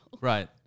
Right